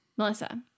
Melissa